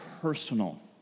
personal